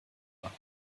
war